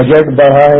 budget बढ़ा है